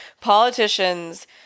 Politicians